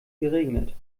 geregnet